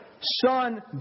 Son